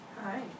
Hi